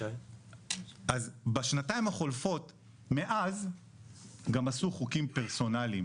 אז בשנתיים החולפות מאז גם עשו חוקים פרסונליים,